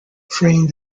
freeing